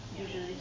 usually